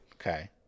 okay